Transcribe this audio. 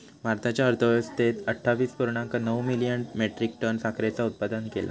भारताच्या अर्थव्यवस्थेन अट्ठावीस पुर्णांक नऊ मिलियन मेट्रीक टन साखरेचा उत्पादन केला